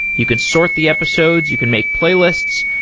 you could sort the episodes. you can make playlists.